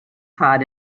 hard